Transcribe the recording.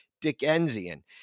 Dickensian